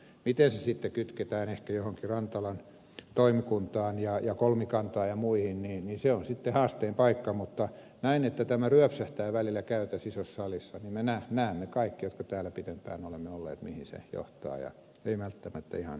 miten se sitten kytketään ehkä johonkin rantalan toimikuntaan ja kolmikantaan ja muihin se on sitten haasteen paikka mutta näen että tämä ryöpsähtää välillä tässä isossa salissa ja me näemme kaikki jotka täällä pitempään olemme olleet mihin se johtaa ja ei välttämättä ihan kivaan suuntaan